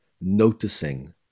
noticing